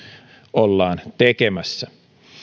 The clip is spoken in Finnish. ollaan tekemässä